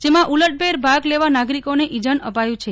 જેમાં ઉલટભેર ભાગ લેવા નાગરિકોને ઈજન અપાયું છે